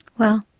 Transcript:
well,